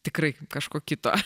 tikrai kažko kito